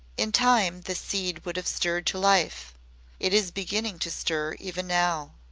in time the seed would have stirred to life it is beginning to stir even now.